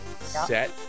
set